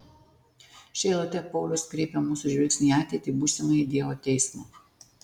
šia eilute paulius kreipia mūsų žvilgsnį į ateitį į būsimąjį dievo teismą